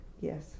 Yes